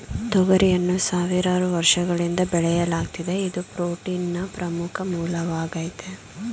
ತೊಗರಿಯನ್ನು ಸಾವಿರಾರು ವರ್ಷಗಳಿಂದ ಬೆಳೆಯಲಾಗ್ತಿದೆ ಇದು ಪ್ರೋಟೀನ್ನ ಪ್ರಮುಖ ಮೂಲವಾಗಾಯ್ತೆ